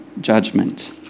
judgment